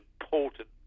important